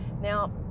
Now